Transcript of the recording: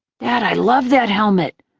dad, i loved that helmet!